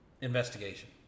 investigation